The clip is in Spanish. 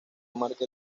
marca